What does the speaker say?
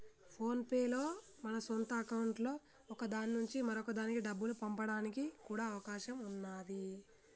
phone pay లో మన సొంత అకౌంట్లలో ఒక దాని నుంచి మరొక దానికి డబ్బుల్ని పంపడానికి కూడా అవకాశం ఉన్నాది